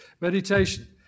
Meditation